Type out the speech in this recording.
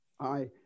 hi